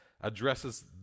addresses